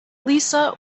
lisa